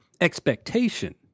expectation